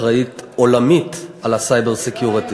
אחראית עולמית ל"סייבר סקיוריטי".